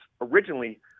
originally